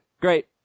great